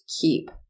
keep